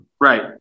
right